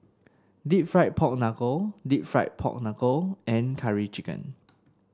deep fried Pork Knuckle deep fried Pork Knuckle and Curry Chicken